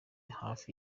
hafi